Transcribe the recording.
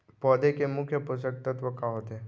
पौधे के मुख्य पोसक तत्व का होथे?